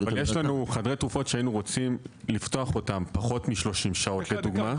אבל יש לנו חדרי תרופות שהיינו רוצים לפתוח אותם פחות מ-30 שעות לדוגמה,